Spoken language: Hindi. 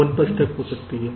1 पर स्टक हो सकता है